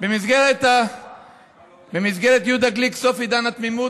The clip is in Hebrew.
במסגרת יהודה גליק סוף עידן התמימות,